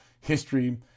history